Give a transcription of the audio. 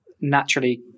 naturally